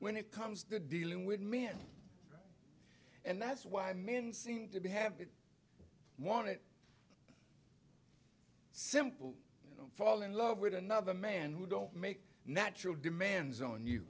when it comes to dealing with men and that's why men seem to be having one it simple you know fall in love with another man who don't make natural demands on you